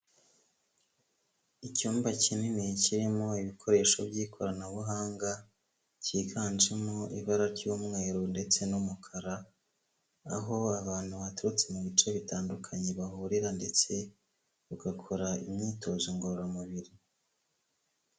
Icyumba kinini kirimo ibikoresho by'ikoranabuhanga, kiganjemo ibara ry'umweru ndetse n'umukara, aho abantu baturutse mu bice bitandukanye bahurira ndetse bagakora imyitozo ngororamubiri.